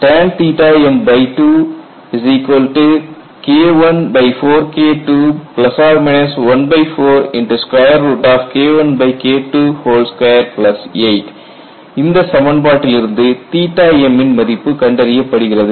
tanm2121 KI4KII14KIKII28 இந்த சமன்பாட்டிலிருந்து m ன் மதிப்பு கண்டறியப்படுகிறது